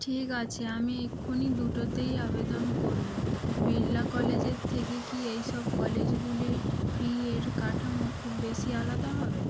ঠিক আছে আমি এক্ষুনি দুটোতেই আবেদন করবো বিড়লা কলেজের থেকে কি এই সব কলেজগুলির ফি এর কাঠামো খুব বেশি আলাদা হবে